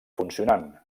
funcionant